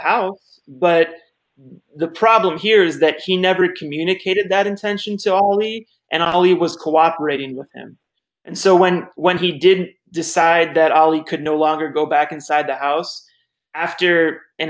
house but the problem here is that he never communicated that intention so always and always was cooperating with him and so when when he didn't decide that all he could no longer go back inside the house after an